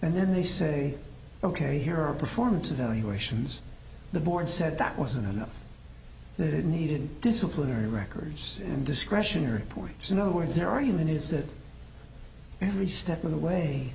and then they say ok here are performance evaluations the board said that wasn't enough that it needed disciplinary records and discretionary points in other words their argument is that every step of the way